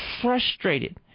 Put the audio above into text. frustrated